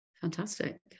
fantastic